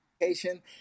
education